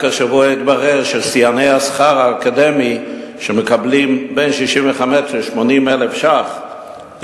רק השבוע התברר ששיאני השכר האקדמי מקבלים בין ל-65,000 ל-80,000 שקלים,